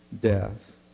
death